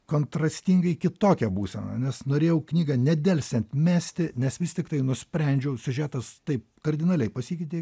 kontrastingai kitokią būseną nes norėjau knygą nedelsiant mesti nes vis tiktai nusprendžiau siužetas taip kardinaliai pasikeitė